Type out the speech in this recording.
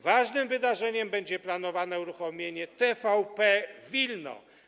Ważnym wydarzeniem będzie planowane uruchomienie TVP Wilno.